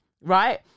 right